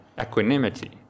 equanimity